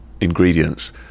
ingredients